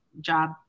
job